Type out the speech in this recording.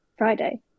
Friday